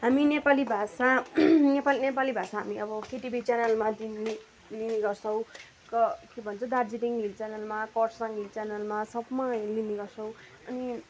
हामी नेपाली भाषा नेपाली नेपाली भाषा हामी अब अब केटिभी च्यानलमा दिने लिने गर्छौँ क के भन्छ दार्जिलिङ हिल च्यानलमा कर्सियङ हिल च्यानलमा सबमा है लिने गर्छौँ अनि